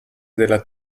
della